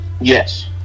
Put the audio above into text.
Yes